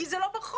כי זה לא בחוק.